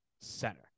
center